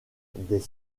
des